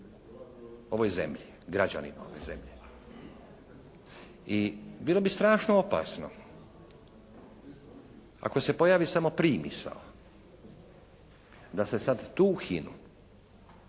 ovoj zemlji, građanima ove zemlje. I bilo bi strašno opasno ako se pojavi samo primisao da se sad tu